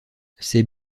ces